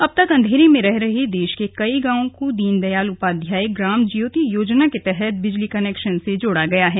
अब तक अंधेरे में रह रहे देश के कई गांवों को दीन दयाल उपाध्याय ग्राम ज्योति योजना के तहत बिजली कनैक्शन से जोड़ा गया है